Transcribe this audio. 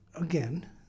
again